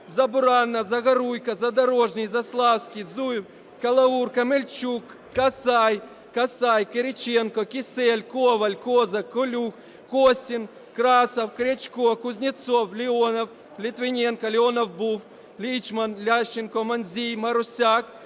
Забуранна, Загоруйко, Задорожній, Заславський, Зуб, Калаур, Камельчук Касай, Касай, Кириченко, Кисєль, Коваль, Козак, Колюх, Костін, Красов, Крячко, Кузнєцов, Леонов, Литвиненко… Леонов був. Лічман, Ляшенко, Мандзій, Марусяк,